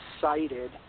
cited